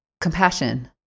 compassion